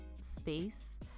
space